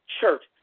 Church